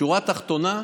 בשורה התחתונה,